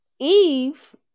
Eve